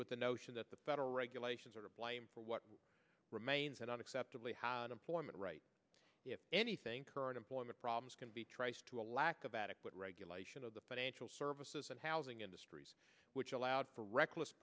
with the notion that the federal regulations are to blame for what remains and unacceptably high employment right if anything current employment problems can be traced to a lack of adequate regulation of the financial services and housing industries which allowed for reckless